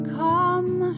come